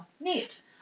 neat